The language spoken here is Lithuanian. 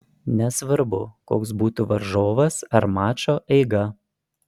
nesvarbu koks būtų varžovas ar mačo eiga